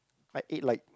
I ate like